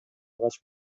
качып